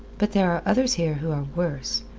but there are others here who are worse.